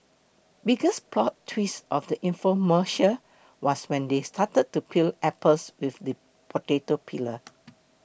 biggest plot twist of the infomercial was when they started to peel apples with the potato peeler